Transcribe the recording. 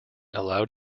allowed